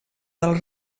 del